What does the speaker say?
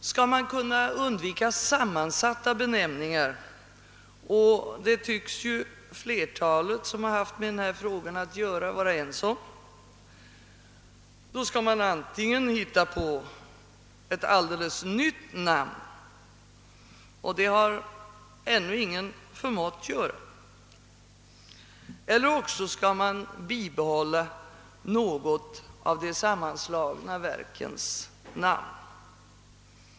Skall man kunna undvika sammansatta benämningar, vilket flertalet av dem som har haft med frågan att göra tycks vara överens om, skall man antingen hitta på ett alldeles nytt namn, något som ännu ingen kunnat göra, eller också skall man bibehålla ettdera av de sammanslagna verkens namn.